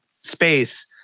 space